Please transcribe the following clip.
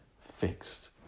Fixed